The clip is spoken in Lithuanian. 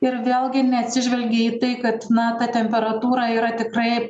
ir vėlgi neatsižvelgia į tai kad na ta temperatūra yra tikrai